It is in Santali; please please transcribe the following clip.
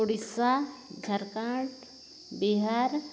ᱳᱰᱤᱥᱟ ᱡᱷᱟᱲᱠᱷᱚᱸᱰ ᱵᱤᱦᱟᱨ